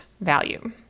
value